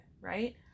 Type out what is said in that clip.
right